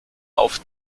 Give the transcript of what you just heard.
auf